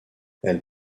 elle